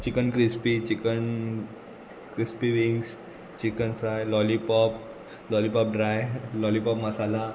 chicken crispy chicken crispy wings chicken fry lollipop lollipop dry lollipop masala